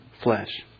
flesh